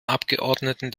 abgeordneten